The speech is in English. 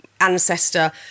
ancestor